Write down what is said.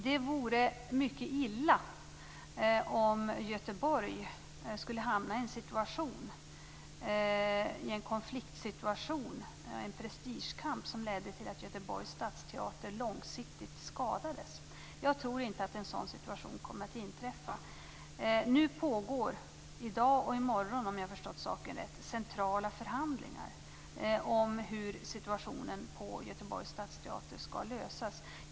Det vore mycket illa om Göteborg skulle hamna i en konfliktsituation, en prestigekamp, som ledde till att Göteborgs Stadsteater långsiktigt skadades. Jag tror inte att en sådan situation kommer att inträffa. Om jag förstått saken rätt pågår - i dag och i morgon - centrala förhandlingar om hur situationen på Göteborgs Stadsteater skall lösas.